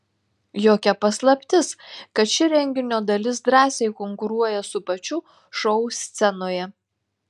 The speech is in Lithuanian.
jokia paslaptis kad ši renginio dalis drąsiai konkuruoja su pačiu šou scenoje